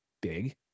big